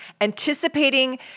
anticipating